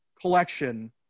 collection